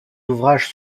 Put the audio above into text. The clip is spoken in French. ouvrages